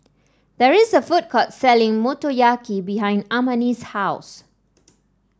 there is a food court selling Motoyaki behind Amani's house